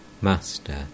Master